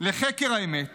לחקר האמת